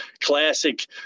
classic